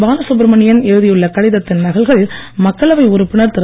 பாலசுப்ரமணியன் எழுதியுள்ள கடிதத்தின் நகல்கள் மக்களவை உறுப்பினர் திரு